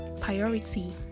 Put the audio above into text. Priority